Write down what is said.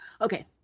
okay